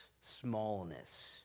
smallness